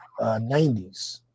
90s